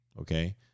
Okay